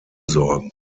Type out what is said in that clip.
sorgen